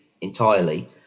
entirely